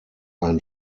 ein